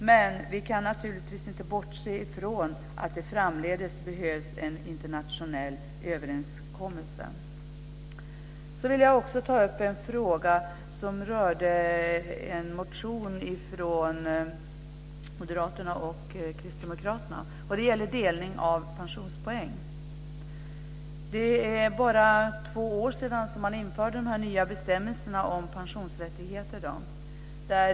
Men vi kan naturligtvis inte bortse ifrån att det framdeles behövs en internationell överenskommelse. Jag vill också nämna något om en motion från moderaterna och kristdemokraterna. Den gäller delning av pensionspoäng. Det är bara två år sedan man införde dessa nya bestämmelser om pensionsrättigheter.